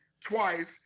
twice